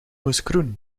moeskroen